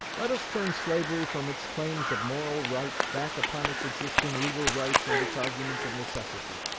let us turn slavery from its claims of moral right back upon its existing legal rights and its arguments of necessity.